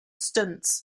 stunts